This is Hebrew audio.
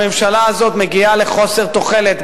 הממשלה הזאת מגיעה לחוסר תוחלת,